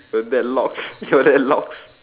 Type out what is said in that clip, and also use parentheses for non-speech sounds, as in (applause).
your dad locks (noise) your dad locks